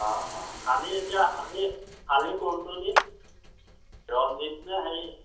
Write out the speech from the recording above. অঁ অঁ শালি এতিয়া শালি শালি কোনটো দিন ৰঞ্জিত নে হেৰি